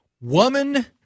Woman